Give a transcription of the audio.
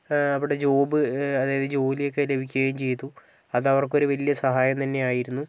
അവിടെ ജോബ് അതായത് ജോലി ഒക്കെ ലഭിക്കുകയും ചെയ്തു അത് അവർക്ക് ഒരു വലിയ സഹായം തന്നെയായിരുന്നു